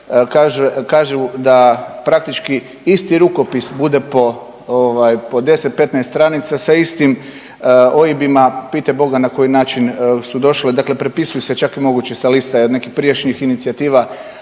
kažu da praktički isti rukopis bude po ovaj, po 10-15 stranica sa istim OIB-ima, pitaj Boga na koji način su došle dakle prepisuju se, čak i moguće sa lista nekih prijašnjih inicijativa,